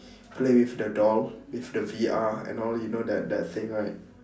play with the doll with the V_R and all you know that that thing right